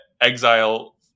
exile